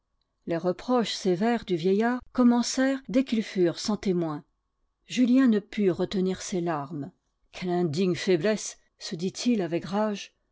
les reproches sévères du vieillard commencèrent dès qu'ils furent sans témoin julien ne put retenir ses larmes quelle indigne faiblesse se dit-il avec rage